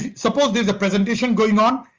suppose there's a presentation going on,